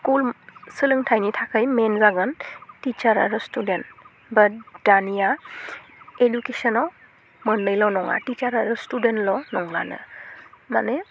school सोलोंथाइनि थाखाय मेन जागोन टिसार आरो स्टुदेन्थ बाट दानिया इदुकेसनाव मोननैल' नङा टिसार आरो स्टदेन्थल' नंलानो माने